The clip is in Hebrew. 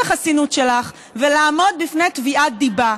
החסינות שלך ולעמוד בפני תביעת דיבה,